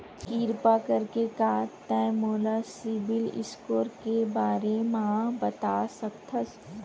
किरपा करके का तै मोला सीबिल स्कोर के बारे माँ बता सकथस?